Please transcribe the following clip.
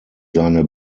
seine